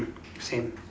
same